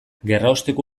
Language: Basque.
gerraosteko